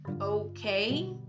okay